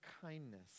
kindness